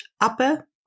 upper